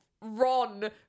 Ron